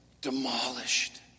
demolished